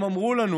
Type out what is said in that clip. הם אמרו לנו